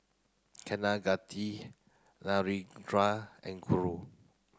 Kaneganti Narendra and Guru